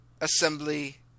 assembly